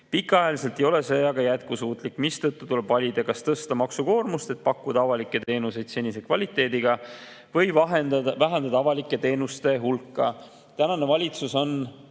Pikaajaliselt ei ole see aga jätkusuutlik, mistõttu tuleb valida, kas tõsta maksukoormust, et pakkuda avalikke teenuseid senise kvaliteediga, või vähendada avalike teenuste hulka. Tänane valitsus on